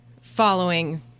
following